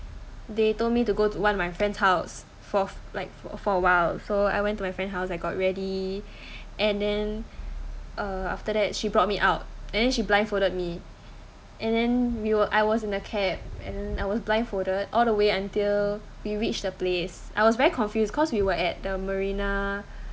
they told me to go to one of my friends' house for like for awhile so I went to my friend house I got ready and then uh after that she brought me out and then she blindfolded me and then we were I was in a cab and I was blindfolded all the way until we reached the place I was very confused cause we were at the marina